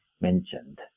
mentioned